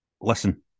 listen